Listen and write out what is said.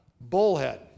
bullhead